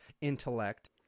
intellect